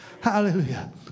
Hallelujah